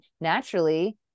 naturally